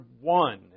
one